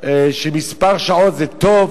של מספר שעות, זה טוב,